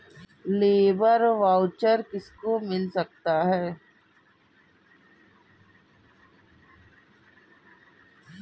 Labour voucher किसको मिल सकता है?